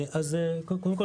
אז קודם כול,